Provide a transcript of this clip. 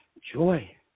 Joy